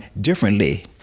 differently